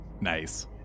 Nice